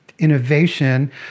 Innovation